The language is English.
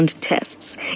tests